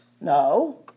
No